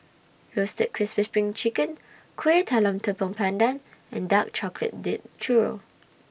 Roasted Crispy SPRING Chicken Kuih Talam Tepong Pandan and Dark Chocolate Dipped Churro